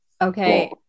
Okay